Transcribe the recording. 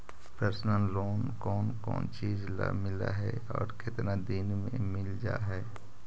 Personal loan कोन कोन चिज ल मिल है और केतना दिन में मिल जा है?